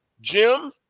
Jim